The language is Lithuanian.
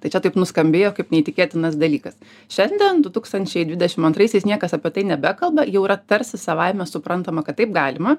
tai čia taip nuskambėjo kaip neįtikėtinas dalykas šiandien du tūkstančiai dvidešim antraisiais niekas apie tai nebekalba jau yra tarsi savaime suprantama kad taip galima